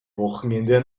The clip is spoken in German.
wochenende